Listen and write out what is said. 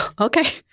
okay